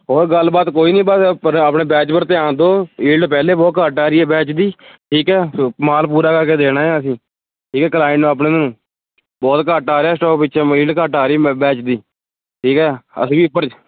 ਹੋਰ ਗੱਲ ਬਾਤ ਕੋਈ ਨਹੀਂ ਬਸ ਉੱਪਰ ਆਪਣੇ ਬੈਚ ਪਰ ਧਿਆਨ ਦਓ ਪਹਿਲੇ ਬਹੁਤ ਘੱਟ ਆ ਰਹੀ ਹੈ ਬੈਚ ਦੀ ਠੀਕ ਹੈ ਮਾਲ ਪੂਰਾ ਕਰਕੇ ਦੇਣਾ ਹੈ ਅਸੀਂ ਠੀਕ ਹੈ ਕਲਾਇੰਟ ਨੂੰ ਆਪਣੇ ਨੂੰ ਬਹੁਤ ਘੱਟ ਆ ਰਿਹਾ ਸਟੋਕ ਘੱਟ ਆ ਰਿਹਾ ਪਿੱਛੋਂ ਘੱਟ ਆ ਰਹੀ ਹੈ ਬੈਚ ਦੀ ਠੀਕ ਹੈ ਅਸੀਂ ਵੀ ਉੱਪਰ